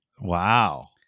Wow